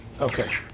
Okay